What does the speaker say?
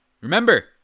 remember